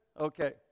Okay